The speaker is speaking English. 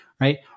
right